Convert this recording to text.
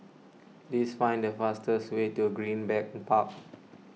please find the fastest way to Greenbank Park